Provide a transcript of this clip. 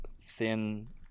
thin